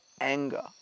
anger